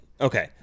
Okay